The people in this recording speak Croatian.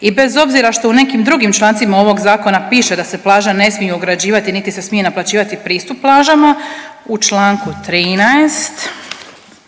I bez obzira što u nekim drugim člancima ovog Zakona piše da se plaža ne smije ograđivati niti se smije naplaćivati pristup plažama, u čl. 13,